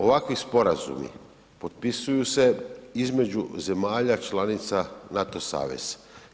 Ovakvi sporazumi potpisuju se između zemalja članica NATO saveza.